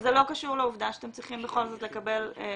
אבל זה לא קשור לעובדה שאתם צריכים בכל זאת לדעת